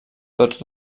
tots